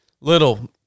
little